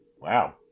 Wow